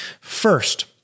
First